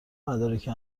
مدارکی